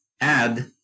add